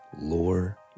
lore